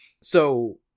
so-